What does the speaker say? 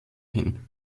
hin